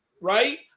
Right